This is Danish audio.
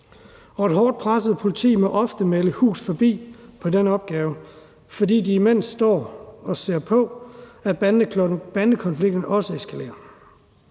og et hårdt presset politi må ofte melde hus forbi på den opgave, fordi de imens står og ser på, at bandekonflikten også eskalerer.